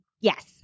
Yes